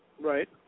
right